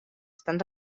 estan